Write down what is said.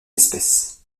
espèces